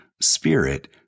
spirit